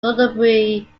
globally